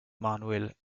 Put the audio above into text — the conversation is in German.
manuel